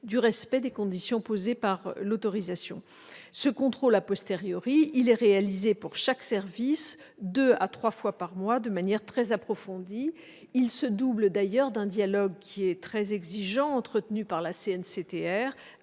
du respect des conditions posées par l'autorisation. Ce contrôle est réalisé pour chaque service deux à trois fois par mois de manière très approfondie. Il se double d'ailleurs d'un dialogue très exigeant entre la CNCTR